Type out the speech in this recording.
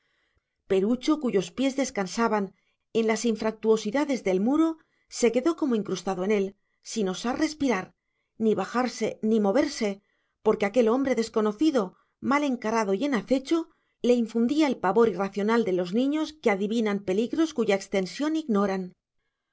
perucho cuyos pies descansaban en las anfractuosidades del muro se quedó como incrustado en él sin osar respirar ni bajarse ni moverse porque aquel hombre desconocido mal encarado y en acecho le infundía el pavor irracional de los niños que adivinan peligros cuya extensión ignoran